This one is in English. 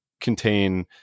contain